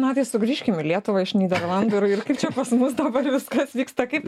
na tai sugrįžkim į lietuvą iš nyderlandų ir ir kaip čia pas mus dabar viskas vyksta kaip